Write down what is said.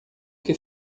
que